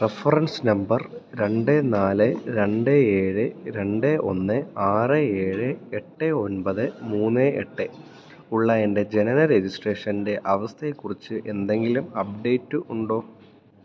reference number രണ്ട് നാല് രണ്ട് ഏഴ് രണ്ട് ഒന്ന് ആറ് ഏഴ് എട്ട് ഒൻപത് മൂന്ന് എട്ട് ഉള്ള എൻ്റെ ജനന രജിസ്ട്രേഷൻ്റെ അവസ്ഥയെക്കുറിച്ച് എന്തെങ്കിലും അപ്ഡേറ്റ് ഉണ്ടോ